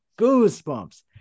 goosebumps